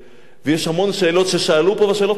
ויש המון שאלות ששאלו פה והשאלות נכונות.